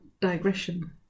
digression